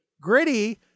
Gritty